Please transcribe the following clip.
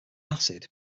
acid